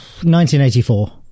1984